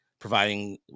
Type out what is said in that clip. providing